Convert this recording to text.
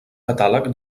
catàleg